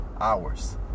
hours